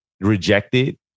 rejected